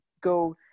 go